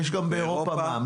יש גם באירופה מע"מ.